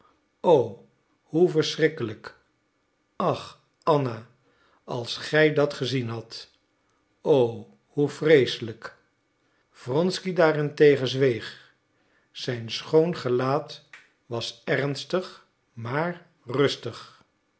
o hoe verschrikkelijk ach anna als gij dat gezien hadt o hoe vreeselijk wronsky daarentegen zweeg zijn schoon gelaat was ernstig maar rustig